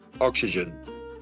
oxygen